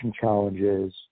challenges